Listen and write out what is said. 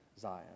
Zion